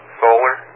solar